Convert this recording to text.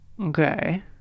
Okay